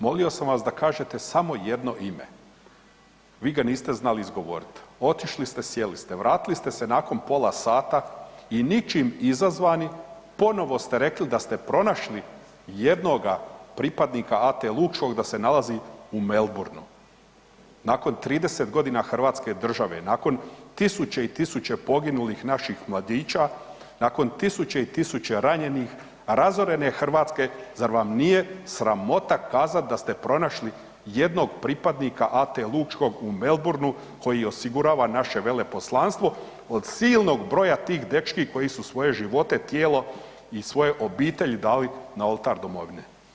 Molio sam vas da kažete samo jedno ime, vi ga niste znali izgovorit, otišli ste, sjeli ste, vratili ste se nakon pola sata i ničim izazvani ponovo ste rekli da ste pronašli jednoga pripadnika AT Lučkog da se nalazi u Melbourneu, nakon 30.g. hrvatske države, nakon tisuće i tisuće poginulih naših mladića, nakon tisuće i tisuće ranjenih, razorene Hrvatske, zar vam nije sramota kazat da ste pronašli jednog pripadnika AT Lučkog u Melbourneu koji osigurava naše veleposlanstvo od silnog broja tih dečki koji su svoje živote, tijelo i svoje obitelji dali na oltar domovine?